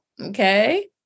Okay